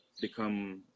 become